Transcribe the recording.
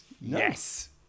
Yes